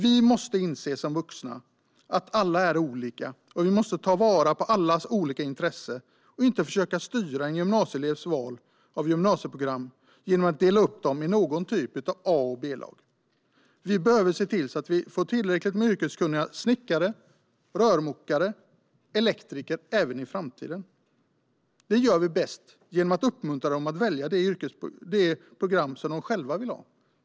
Vi måste som vuxna inse att alla är olika, och vi måste ta vara på allas olika intressen och inte försöka styra elevernas val av gymnasieprogram genom att dela upp dem i någon typ av A och B-lag. Vi behöver se till att vi har tillräckligt med yrkeskunniga snickare, rörmokare och elektriker även i framtiden. Det gör vi bäst genom att uppmuntra dem att välja det program som de själva vill ha.